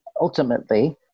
ultimately